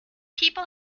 people